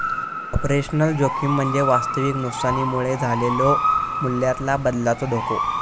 operational जोखीम म्हणजे वास्तविक नुकसानीमुळे झालेलो मूल्यातला बदलाचो धोको